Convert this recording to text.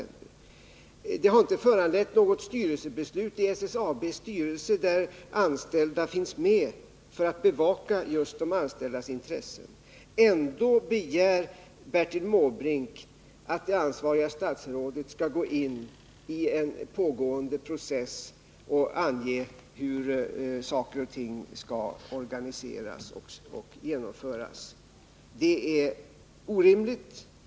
Frågan har inte föranlett något beslut i SSAB:s styrelse, där anställda är representerade för att bevaka sina kamraters intressen. Ändå begär Bertil Måbrink att det ansvariga statsrådet skall gå in i en pågående process och ange hur saker och ting skall organiseras och genomföras. Det är orimligt.